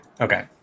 Okay